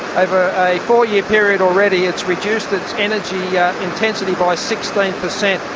over a four-year period, already it's reduced its energy yeah intensity by sixteen per cent,